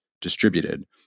distributed